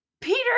Peter